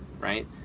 right